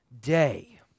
day